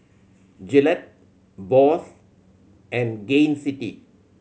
Gillette Bose and Gain City